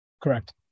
Correct